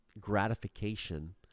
gratification